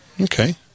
Okay